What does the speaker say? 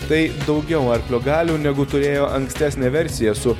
tai daugiau arklio galių negu turėjo ankstesnė versija su